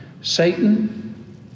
Satan